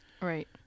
Right